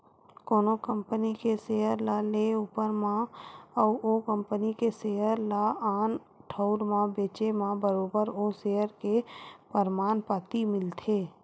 कोनो कंपनी के सेयर ल लेए ऊपर म अउ ओ कंपनी के सेयर ल आन ठउर म बेंचे म बरोबर ओ सेयर के परमान पाती मिलथे